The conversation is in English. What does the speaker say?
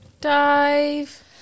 Dive